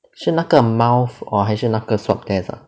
是那个 mouth or 还是那个 swab test ah